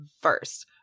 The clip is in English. first